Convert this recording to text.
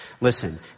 listen